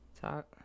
Talk